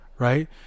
Right